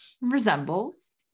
resembles